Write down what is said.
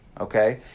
okay